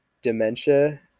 dementia